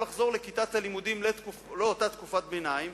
לחזור לכיתת הלימודים לאותה תקופת ביניים,